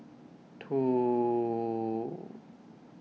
two